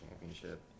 championship